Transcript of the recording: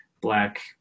black